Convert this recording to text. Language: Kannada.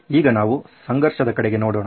ಈಗ ನಾವು ಸಂಘರ್ಷದ ಕಡೆಗೆ ನೋಡೋಣ